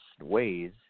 ways